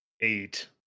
eight